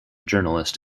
journalist